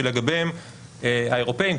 שלגביהם האירופאים,